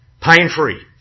Pain-free